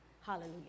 Hallelujah